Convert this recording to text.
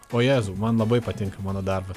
o jezau man labai patinka mano darbas